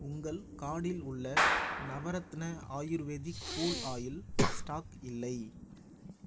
உங்கள் காடில் உள்ள Navratna ayurvedic cool oil stock இல்லை